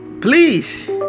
Please